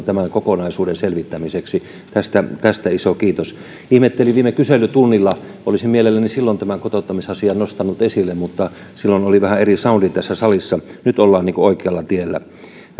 tämän kokonaisuuden selvittämiseksi tästä tästä iso kiitos ihmettelin viime kyselytunnilla kun olisin mielelläni silloin tämän kotouttamisasian nostanut esille mutta silloin oli vähän eri saundi tässä salissa nyt ollaan oikealla tiellä